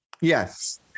Yes